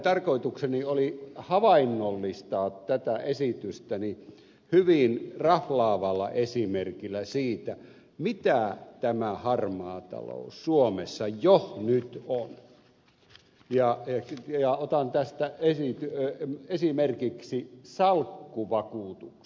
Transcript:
tarkoitukseni oli havainnollistaa tätä esitystäni hyvin raflaavalla esimerkillä siitä mitä tämä harmaa talous suomessa jo nyt on ja otan tästä esimerkiksi salkkuvakuutukset